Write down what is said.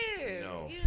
No